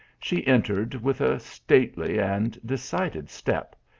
she entered with a stately and decided step,